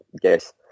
guess